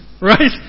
right